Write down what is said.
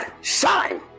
shine